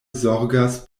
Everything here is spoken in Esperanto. zorgas